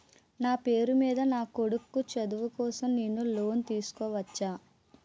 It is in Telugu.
నా పేరు మీద నా కొడుకు చదువు కోసం నేను లోన్ తీసుకోవచ్చా?